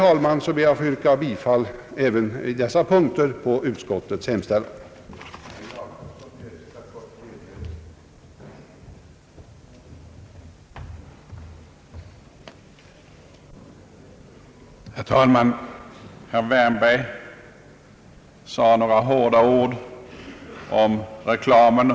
Med det anförda ber jag, herr talman, att få yrka bifall till utskottets hemställan även i dessa punkter.